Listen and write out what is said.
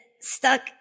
stuck